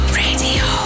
radio